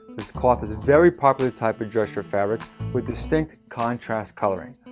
this cloth is a very popular type of dress shirt fabric with distinct contrast coloring.